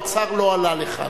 האוצר לא עלה לכאן.